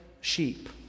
sheep